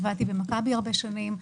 עבדתי במכבי הרבה שנים.